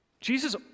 Jesus